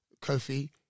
Kofi